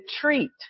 treat